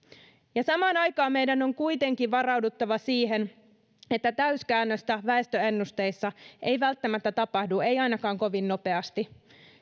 samaan aikaan meidän on kuitenkin varauduttava siihen että täyskäännöstä väestöennusteissa ei välttämättä tapahdu ei ainakaan kovin nopeasti